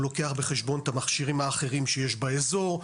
הוא לוקח בחשבון את המכשירים האחרים שיש באזור,